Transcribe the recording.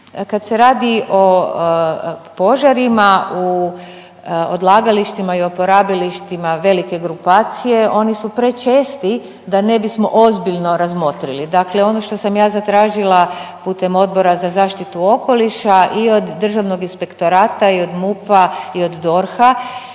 Kada se radi o požarima u odlagalištima i po radilištima velike grupacije oni su prečesti da ne bismo ozbiljno razmotrili. Dakle, ono što sam ja zatražila putem Odbora za zaštitu okoliša i od Državnog inspektorata i MUP-a i od DORH-a